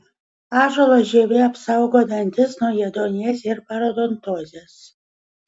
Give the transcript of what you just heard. ąžuolo žievė apsaugo dantis nuo ėduonies ir parodontozės